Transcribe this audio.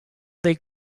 they